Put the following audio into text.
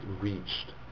reached